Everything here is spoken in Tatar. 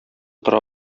тора